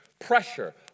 pressure